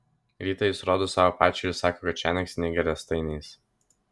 rytą jis rodo savo pačiai ir sako kad šiąnakt snigę riestainiais